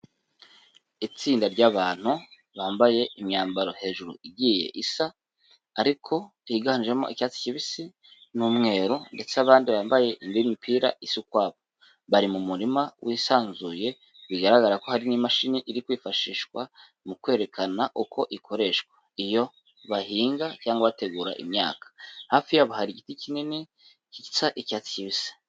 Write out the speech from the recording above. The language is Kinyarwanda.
Itsinda ry'abantu bambaye imyambaro hejuru igiye isa, ariko higanjemo icyatsi kibisi n'umweru ndetse abandi bambaye indi mipira isa ukwabo, bari mu murima wisanzuye bigaragara ko hari n'imashini iri kwifashishwa mu kwerekana uko ikoreshwa iyo bahinga, cyangwa bategura imyaka, hafi yabo hari igiti kinini gisa icyatsi kibisi.